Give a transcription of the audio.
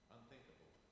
Unthinkable